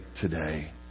today